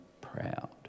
proud